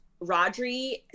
Rodri